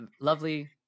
lovely